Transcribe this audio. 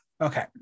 Okay